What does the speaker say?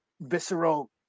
visceral